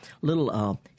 little